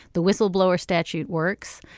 the whistleblower statute works.